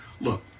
look